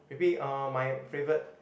maybe uh my favourite